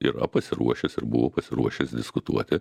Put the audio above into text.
yra pasiruošęs ir buvo pasiruošęs diskutuoti